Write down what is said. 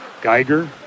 Geiger